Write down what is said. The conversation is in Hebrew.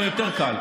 אולי יותר קל.